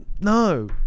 No